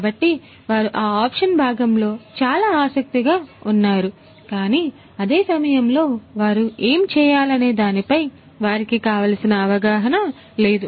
కాబట్టి వారు ఆ ఆప్షన్ భాగంలో చాలా ఆసక్తిగా ఉన్నారు కాని అదే సమయంలో వారు ఏమి చేయాలనే దానిపై వారికి కావలిసిన అవగాహన లేదు